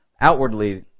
outwardly